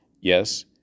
Yes